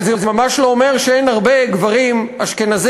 אבל זה ממש לא אומר שאין הרבה גברים אשכנזים,